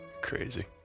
Crazy